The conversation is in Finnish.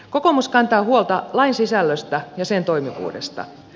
kokoomus kantaa huolta lain sisällöstä ja sen toimivuudesta